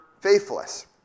faithless